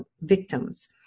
victims